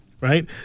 Right